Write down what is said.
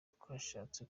twashatse